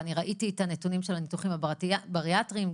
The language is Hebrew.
ואני ראיתי את הנתונים של הניתוחים האלה גם